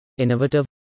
innovative